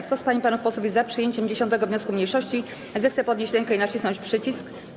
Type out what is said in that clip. Kto z pań i panów posłów jest za przyjęciem 10. wniosku mniejszości, zechce podnieść rękę i nacisnąć przycisk.